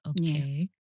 Okay